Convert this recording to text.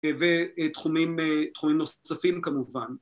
‫ותחומים נוספים כמובן.